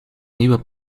nieuwe